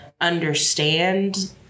understand